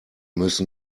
müssen